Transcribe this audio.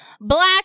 Black